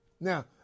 Now